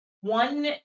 one